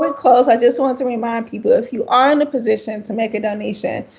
but close, i just want to remind people. if you are in a position to make a donation,